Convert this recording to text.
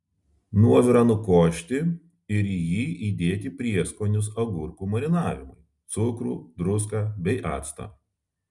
nuovirą nukošti ir į jį įdėti prieskonius agurkų marinavimui cukrų druską bei actą